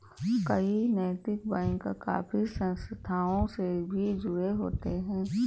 कई नैतिक बैंक काफी संस्थाओं से भी जुड़े होते हैं